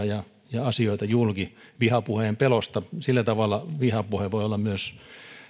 ja ja asioita julki vihapuheen pelossa sillä tavalla vihapuhe voi myös olla